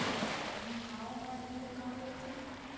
बिहाव म ऋण का होथे?